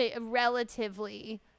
relatively